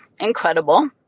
incredible